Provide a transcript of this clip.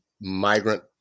migrant